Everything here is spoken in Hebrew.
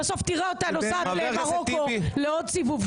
בסוף תראה אותה נוסעת למרוקו, לעוד סיבוב שם.